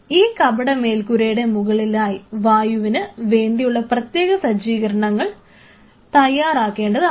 അപ്പോൾ ഈ കപട മേൽക്കൂരയുടെ മുകളിലായി വായുവിന് വേണ്ടിയുള്ള പ്രത്യേക സജ്ജീകരണം തയ്യാറാക്കേണ്ടതാണ്